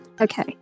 Okay